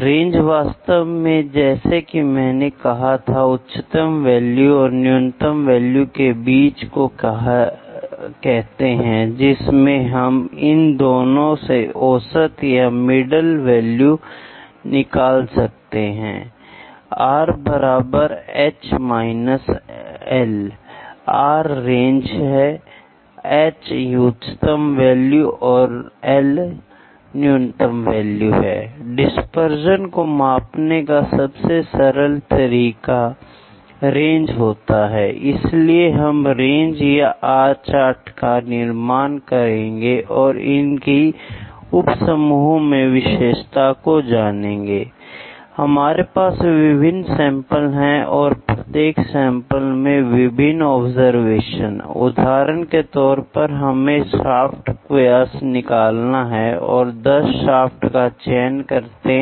range वास्तव में जैसा कि मैंने कहा था उच्चतम वैल्यू और न्यूनतम वैल्यू के बीच को कहते हैं जिसमें हम इन दोनों से औसत या मिडल वैल्यू निकाल सकते हैं I R H - L R range H उच्चतम वैल्यू L न्यूनतम वैल्यू डिस्पर्शन को मापने का सबसे सरल तरीका रेंज होता है I इसलिए हम रेंज या R चार्ट का निर्माण करेंगे और इनकी उप समूहों में विशेषता को जानेंगे I हमारे पास विभिन्न सैंपल है और प्रत्येक सैंपल में विभिन्न ऑब्जर्वेशंस I उदाहरण के तौर पर हमें शाफ्ट व्यास निकालना है और 10 शाफ्ट का चयन करते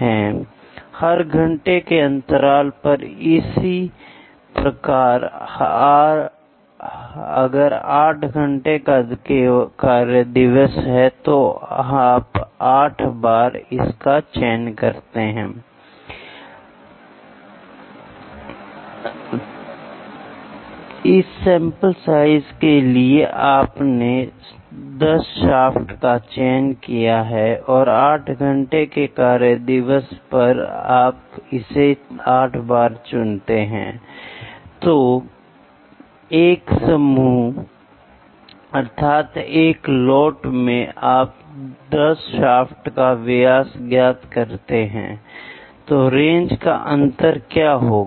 हैं हर 1 घंटे के अंतराल पर इसी प्रकार अगर 8 घंटे का कार्य दिवस है तो आप 8 बार इसका चयन करते हैं I सकता हूं कि इस सैंपल साइज के लिए आपने 10 शाफ्ट का चयन किया है और 8 घंटे के कार्य दिवस पर आप इसे 8 बार चुनते हैं I तो एक समूह अर्थात एक लौट में आप 10 शाफ्ट का व्यास ज्ञात करते हैं I तो रेंज का अंतर क्या होगा